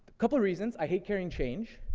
couple reasons i hate carrying change,